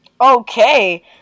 Okay